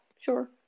sure